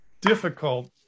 difficult